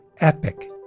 epic